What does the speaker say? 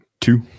two